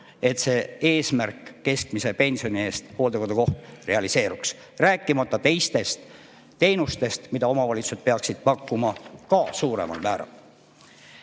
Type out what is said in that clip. et see eesmärk, keskmise pensioni eest hooldekodukoht, realiseeruks, rääkimata teistest teenustest, mida omavalitsused peaksid ka pakkuma suuremal määral.